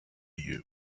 you